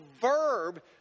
verb